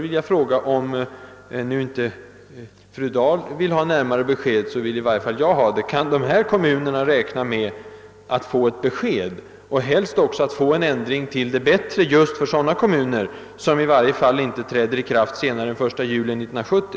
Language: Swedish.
Och om nu inte fru Dahl vill ha närmare besked, vill i varje fall jag ha det: Kan dessa kommuner räkna med ett besked snart och helst också en ändring till det bättre vilken träder i kraft senast den 1 juli 1970?